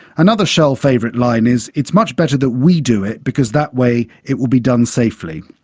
another shell favourite line is, it's much better that we do it, because that way it will be done safely.